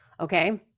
okay